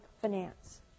finance